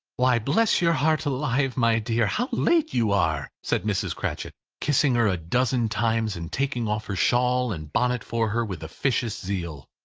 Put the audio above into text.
why, bless your heart alive, my dear, how late you are! said mrs. cratchit, kissing her a dozen times, and taking off her shawl and bonnet for her with officious zeal.